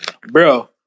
Bro